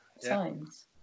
signs